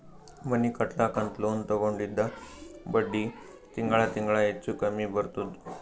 ಮನಿ ಕಟ್ಲಕ್ ಅಂತ್ ಲೋನ್ ತಗೊಂಡಿದ್ದ ಬಡ್ಡಿ ತಿಂಗಳಾ ತಿಂಗಳಾ ಹೆಚ್ಚು ಕಮ್ಮಿ ಬರ್ತುದ್